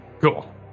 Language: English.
Cool